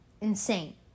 insane